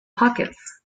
pockets